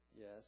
yes